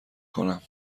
کنم